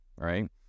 right